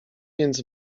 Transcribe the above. więc